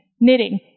knitting